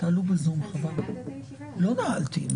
לדעתי יש את זה